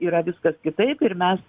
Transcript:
yra viskas kitaip ir mes